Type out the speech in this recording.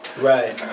Right